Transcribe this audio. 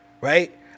right